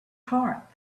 heart